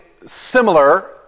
similar